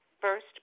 first